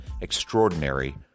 extraordinary